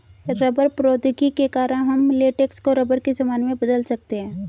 rubber प्रौद्योगिकी के कारण हम लेटेक्स को रबर के सामान में बदल सकते हैं